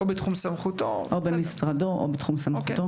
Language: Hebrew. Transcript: או במשרדו או בתחום סמכותו.